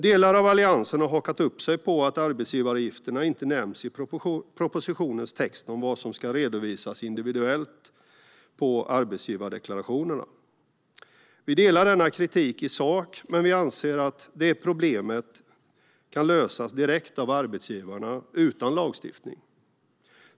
Delar av Alliansen har hakat upp sig på att arbetsgivaravgifterna inte nämns i propositionens text om vad som ska redovisas individuellt på arbetsgivardeklarationerna. Vi delar denna kritik i sak, men vi anser att detta problem kan lösas direkt av arbetsgivarna, utan lagstiftning.